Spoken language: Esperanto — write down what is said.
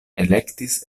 elektis